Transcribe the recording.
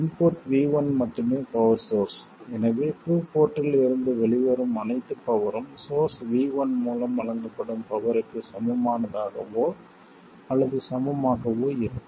input v1 மட்டுமே power source எனவே two போர்ட்டில் இருந்து வெளிவரும் அனைத்து பவரும் சோர்ஸ் v1 மூலம் வழங்கப்படும் பவர்க்கு சமமானதாகவோ அல்லது சமமாகவோ இருக்கும்